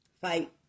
fight